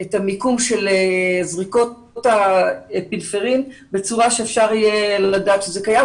את המיקום של זריקות האפיפן בצורה שאפשר יהיה לדעת שזה קיים,